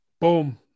boom